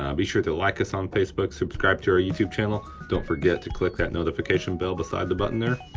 um be sure to like us on facebook, subscribe to our youtube channel, don't forget to click that notification bell beside the button there,